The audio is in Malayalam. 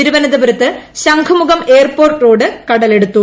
തിരുവനന്തപുരത്ത് ശംഖുമുഖം എയർപോർട്ട് റോഡ് കടലെടുത്തു